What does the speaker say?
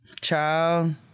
Child